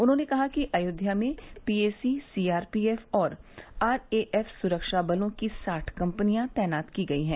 उन्होंने कहा कि अयोध्या में P A C C R P F और आर ए एफ सुरक्षा बलों की साठ कम्पनिया तैनात की गयी हैं